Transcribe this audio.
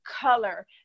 color